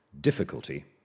difficulty